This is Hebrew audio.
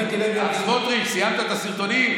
שהביקורת הזאת תיבדק ותישמע ותטופל על ידי גורם מחוץ למשטרה,